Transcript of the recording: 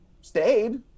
stayed